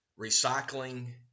recycling